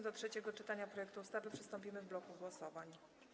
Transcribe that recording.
Do trzeciego czytania projektu ustawy przystąpimy w bloku głosowań.